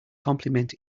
complement